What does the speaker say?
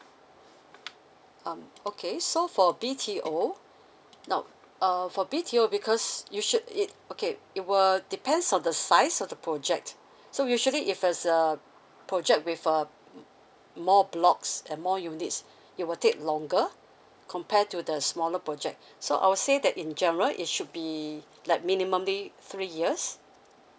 um okay so for B_T_O no uh for B_T_O because you should it okay it will depends on the size of the project so usually if there's a project with uh more blocks and more units it will take longer compare to the smaller project so I'll say that in general it should be like minimally three years